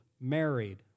married